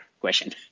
question